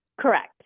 Correct